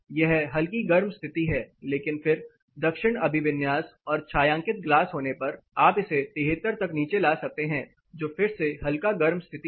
यह हल्की गर्म स्थिति है लेकिन फिर दक्षिण अभिविन्यास और छायांकित ग्लास होने पर आप इसे 73 तक नीचे ला सकते हैं जो फिर से हल्का गर्म स्थिति है